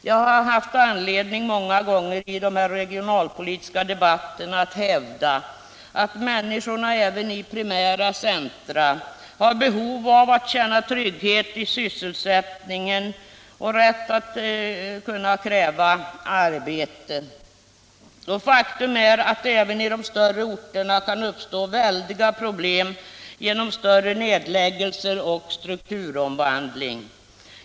Jag har haft anledning att många gånger i de regionalpolitiska debatterna här hävda att även människorna i primära centra har behov av att känna trygghet i sysselsättningen och rätt att kräva arbete. Faktum är att det även i de större orterna kan uppstå väldiga problem genom större nedläggelser och strukturomvandling.